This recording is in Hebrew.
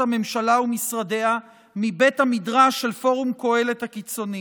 הממשלה ומשרדיה מבית המדרש של פורום קהלת הקיצוני.